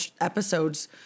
episodes